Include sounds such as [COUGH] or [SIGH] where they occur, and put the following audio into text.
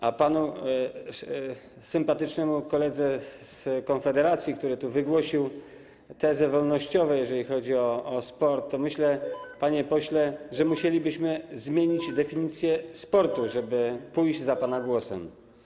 A panu, sympatycznemu koledze z Konfederacji, który tu wygłosił tezy wolnościowe, jeżeli chodzi o sport, chcę powiedzieć, że myślę, [NOISE] panie pośle, że musielibyśmy zmienić definicję sportu, żeby pójść za pana głosem.